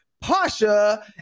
Pasha